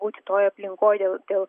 būti toj aplinkoj dėl dėl